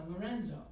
Lorenzo